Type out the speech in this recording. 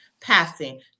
passing